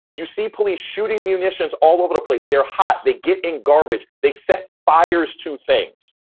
you see police shooting munitions all over the place. they're hot. they get in garbage. they set fires to things.